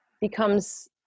becomes